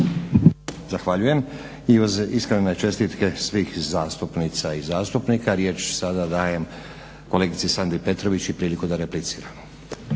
Zahvaljujem. I iskrene čestitke svih zastupnica i zastupnika. Riječ sada dajem kolegici Sandri Petrović i priliku da repliciramo.